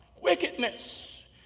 wickedness